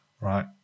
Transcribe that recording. Right